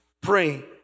Pray